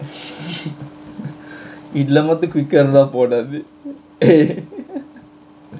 இத்ல மட்டு:ithla mattu quick ah இருந்தா போடாது:irunthaa podathu